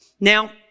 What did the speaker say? Now